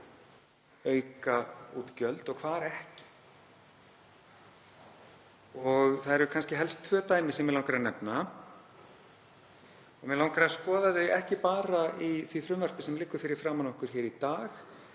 auka útgjöld og hvar ekki. Það eru kannski helst tvö dæmi sem mig langar að nefna. Mig langar að skoða þau ekki bara í því frumvarpi sem liggur fyrir framan okkur í dag